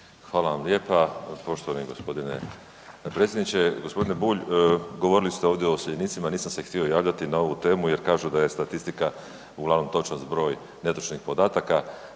Hvala vam lijepa poštovani gospodine potpredsjedniče. Gospodine Bulj govorili ste ovdje o iseljenicima nisam se htio javljati na ovu temu jer kažu da je statistika uglavnom točan zbroj netočnih podataka,